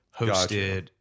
hosted